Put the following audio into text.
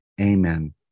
Amen